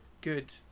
good